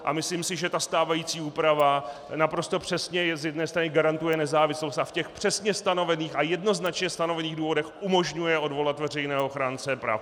A myslím si, že stávající úprava naprosto přesně z jedné strany garantuje nezávislost a v těch přesně stanovených a jednoznačně stanovených důvodech umožňuje odvolat veřejného ochránce práv.